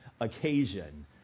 occasion